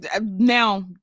now